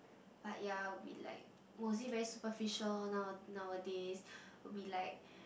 but ya we'll be like mostly very superficial orh now nowadays we'll be like